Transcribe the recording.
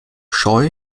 scheu